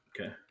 Okay